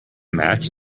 match